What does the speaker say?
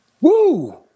Woo